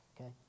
Okay